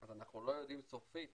אז אנחנו לא יודעים סופית